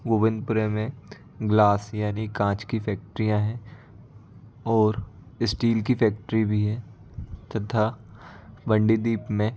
गोविंद पुरे में ग्लास यानी काँच की फैक्टरियाँ हैं और इस्टील की फैक्टरी भी है तथा मंडीदीप में